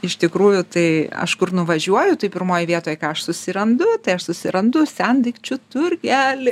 iš tikrųjų tai aš kur nuvažiuoju tai pirmoj vietoj ką aš susirandu tai aš susirandu sendaikčių turgelį